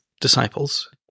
disciples